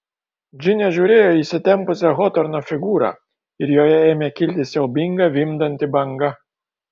džinė žiūrėjo į įsitempusią hotorno figūrą ir joje ėmė kilti siaubinga vimdanti banga